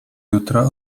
jutra